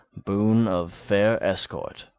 boon of fair escort,